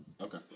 Okay